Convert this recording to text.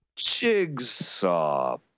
Jigsaw